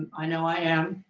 i know i am.